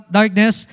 darkness